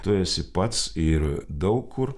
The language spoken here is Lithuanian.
tu esi pats ir daug kur